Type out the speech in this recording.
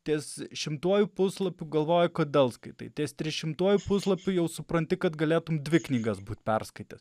ties šimtuoju puslapiu galvoji kad skaitai ties trišimtuoju puslapiu jau supranti kad galėtum dvi knygas būt perskaitęs